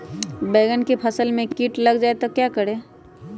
बैंगन की फसल में कीट लग जाए तो क्या करें?